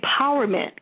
empowerment